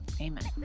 Amen